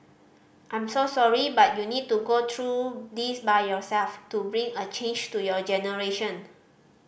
I'm so sorry but you need to go through this by yourself to bring a change to your generation